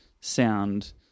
sound